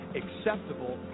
acceptable